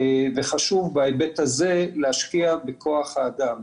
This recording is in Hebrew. וחשוב בהיבט הזה להשקיע בכוח-האדם,